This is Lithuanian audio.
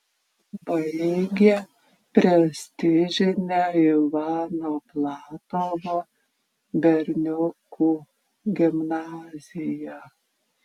baigė prestižinę ivano platovo berniukų gimnaziją